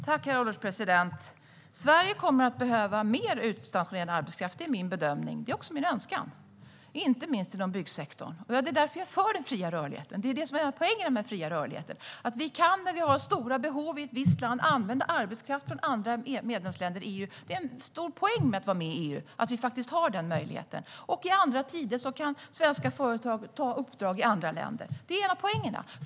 Herr ålderspresident! Sverige kommer att behöva mer utstationerad arbetskraft. Det är min bedömning, och det är också min önskan. Det gäller inte minst inom byggsektorn, och det är därför jag är för den fria rörligheten. Det är det som är hela poängen med den fria rörligheten - att vi när vi har stora behov i ett visst land kan använda arbetskraft från andra medlemsländer i EU. Att vi faktiskt har den möjligheten är en stor poäng med att vara med i EU. I andra tider kan svenska företag också ta uppdrag i andra länder. Det är en av poängerna.